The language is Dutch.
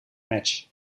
match